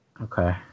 Okay